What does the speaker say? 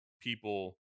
people